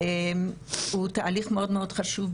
הוא תהליך מאוד מאוד חשוב,